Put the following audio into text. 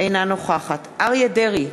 אינה נוכחת אריה דרעי,